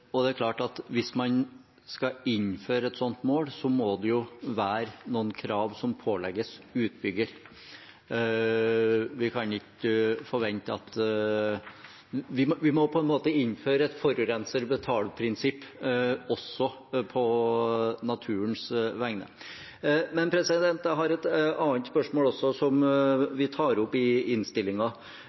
Det er klart at hvis man skal innføre et sånt mål, må det være noen krav som pålegges utbygger. Vi må på en måte innføre et forurenser-betaler-prinsipp også på naturens vegne. Men jeg har også et annet spørsmål, som vi tar opp i